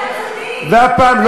ואף פעם,